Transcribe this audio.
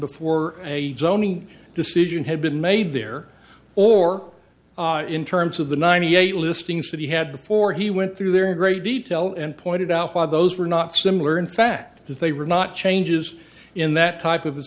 before a zoning decision had been made there or in terms of the ninety eight listings that he had before he went through there in great detail and pointed out why those were not similar in fact that they were not changes in that type of